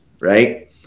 right